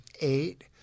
eight